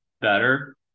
better